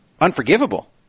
unforgivable